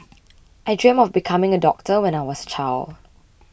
I dreamed of becoming a doctor when I was a child